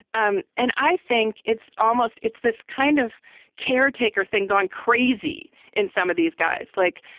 um and i think it's almost it's this kind of caretaker thing gone crazy in some of these guys, like,